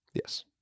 Yes